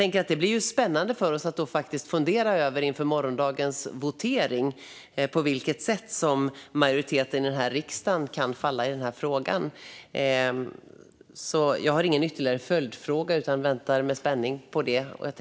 Men det blir spännande för oss att inför morgondagens votering fundera över på vilket sätt majoriteten i denna riksdag kan utfalla i frågan. Jag har ingen ytterligare följdfråga utan väntar med spänning på detta.